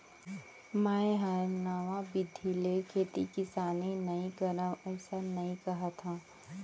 मैं हर नवा बिधि ले खेती किसानी नइ करव अइसन नइ कहत हँव